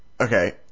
Okay